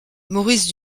maurice